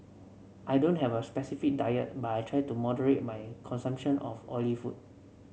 I don't have a specific diet but I try to moderate my consumption of oily food